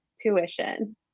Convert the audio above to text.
tuition